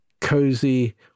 cozy